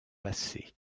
passé